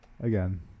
Again